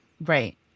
right